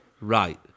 right